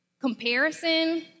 Comparison